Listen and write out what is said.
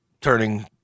turning